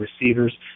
receivers